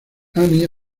annie